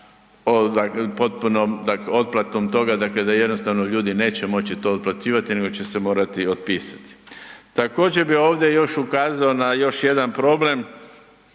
za potpunom otplatom toga, dakle da jednostavno ljudi neće moći to otplaćivati nego će se morati otpisati. Također bi ovdje još ukazao na još jedan problem